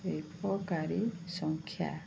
ବେକାରୀ ସଂଖ୍ୟା